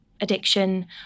Addiction